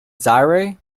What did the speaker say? zaire